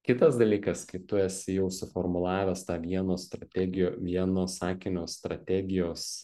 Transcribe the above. kitas dalykas kai tu esi jau suformulavęs tą vieno strategijo vieno sakinio strategijos